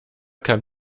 kann